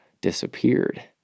disappeared